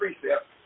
precept